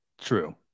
True